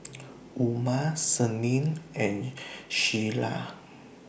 Umar Senin and Syirah